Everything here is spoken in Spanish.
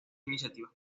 iniciativas